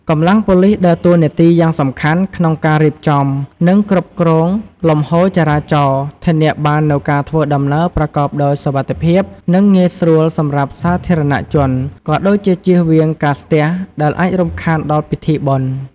កម្លាំងប៉ូលិសដើរតួនាទីយ៉ាងសំខាន់ក្នុងការរៀបចំ និងគ្រប់គ្រងលំហូរចរាចរណ៍ ធានាបាននូវការធ្វើដំណើរប្រកបដោយសុវត្ថិភាព និងងាយស្រួលសម្រាប់សាធារណជន ក៏ដូចជាជៀសវាងការស្ទះដែលអាចរំខានដល់ពិធីបុណ្យ។